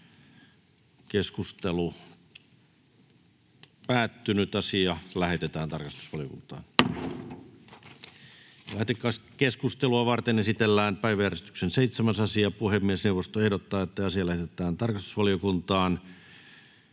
jonkun toisen valtion alueella. Lähetekeskustelua varten esitellään päiväjärjestyksen 5. asia. Puhemiesneuvosto ehdottaa, että asia lähetetään tarkastusvaliokuntaan.